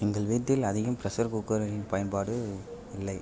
எங்கள் வீட்டில் அதிகம் ப்ரெஷர் குக்கரின் பயன்பாடு இல்லை